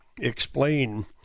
explain